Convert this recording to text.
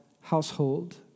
household